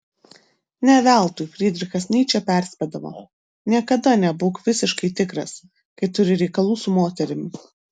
ne veltui frydrichas nyčė perspėdavo niekada nebūk visiškai tikras kai turi reikalų su moterimi